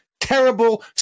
terrible